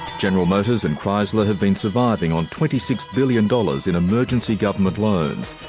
general motors and chrysler have been surviving on twenty six billion dollars in emergency government loans.